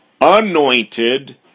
anointed